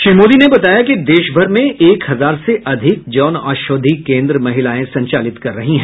श्री मोदी ने बताया कि देशभर में एक हजार से अधिक जन औषधि केन्द्र महिलाएं संचालित कर रही हैं